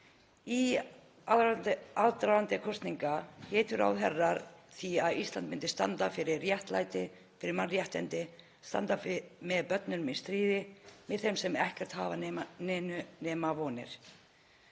Í aðdraganda kosninga hétu ráðherrar því að Ísland myndi standa fyrir réttlæti, fyrir mannréttindi, standa með börnum í stríði, með þeim sem ekkert hafa nema vonir.